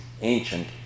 ancient